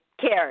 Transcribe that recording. cared